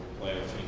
planets